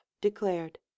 declared